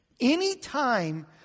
Anytime